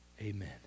Amen